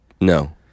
no